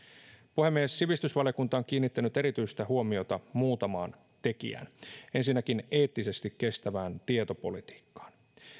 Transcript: puhemies sivistysvaliokunta on kiinnittänyt erityistä huomiota muutamaan tekijään ensinnäkin eettisesti kestävään tietopolitiikkaan